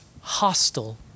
hostile